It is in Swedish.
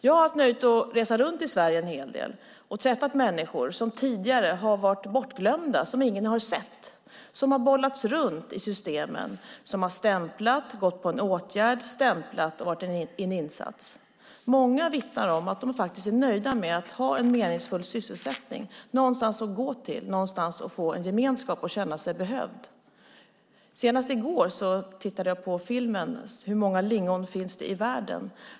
Jag har haft nöjet att resa runt i Sverige en hel del och har träffat människor som tidigare har varit bortglömda, som ingen har sett, som har bollats runt i systemen, som har stämplat, gått på en åtgärd, stämplat och placerats i en insats. Många vittnar om att de faktiskt är nöjda med att ha en meningsfull sysselsättning, någonstans att gå, någonstans att få en gemenskap och känna sig behövd. Senast i går tittade jag på filmen Hur många lingon finns det i världen .